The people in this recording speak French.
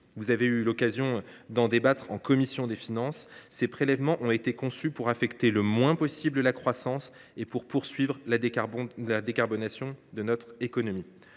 vous avez eu l’occasion de débattre en commission des finances, ont été conçus pour affecter le moins possible la croissance et pour poursuivre la décarbonation de notre économie.